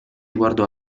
guardò